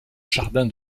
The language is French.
jardin